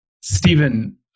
Stephen